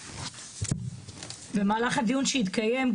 במהלך הדיון שהתקיים,